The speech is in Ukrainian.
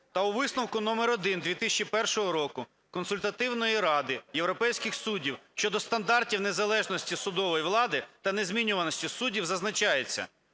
та у висновку №1 2001 року Консультативної ради європейських суддів щодо стандартів незалежності судової влади та незмінюваності суддів зазначається,